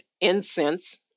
incense